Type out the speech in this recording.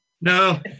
No